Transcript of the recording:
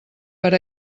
per